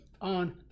on